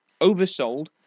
oversold